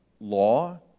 law